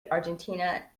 argentina